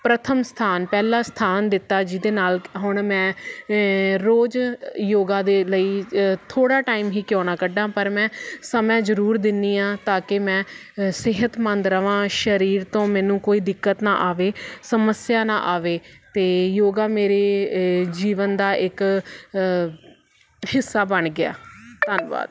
ਪ੍ਰਥਮ ਸਥਾਨ ਪਹਿਲਾ ਸਥਾਨ ਦਿੱਤਾ ਜਿਹਦੇ ਨਾਲ ਹੁਣ ਮੈਂ ਰੋਜ਼ ਯੋਗਾ ਦੇ ਲਈ ਥੋੜ੍ਹਾ ਟਾਈਮ ਹੀ ਕਿਉਂ ਨਾ ਕੱਢਾ ਪਰ ਮੈਂ ਸਮੇਂ ਜ਼ਰੂਰ ਦਿੰਦੀ ਹਾਂ ਤਾਂ ਕਿ ਮੈਂ ਸਿਹਤਮੰਦ ਰਹਾਂ ਸਰੀਰ ਤੋਂ ਮੈਨੂੰ ਕੋਈ ਦਿੱਕਤ ਨਾ ਆਵੇ ਸਮੱਸਿਆ ਨਾ ਆਵੇ ਅਤੇ ਯੋਗਾ ਮੇਰੇ ਜੀਵਨ ਦਾ ਇੱਕ ਹਿੱਸਾ ਬਣ ਗਿਆ ਧੰਨਵਾਦ